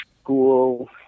school